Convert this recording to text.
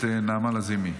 הכנסת נעמה לזימי,